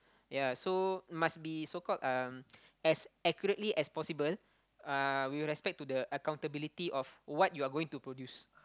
ya so must be so called um as accurately as possible uh with respect to the accountability of what you are going to produce